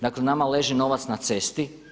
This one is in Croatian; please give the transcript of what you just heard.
Dakle nama leži novac na cesti.